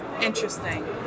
Interesting